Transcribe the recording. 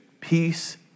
peace